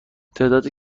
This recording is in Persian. تعداد